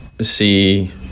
see